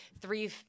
three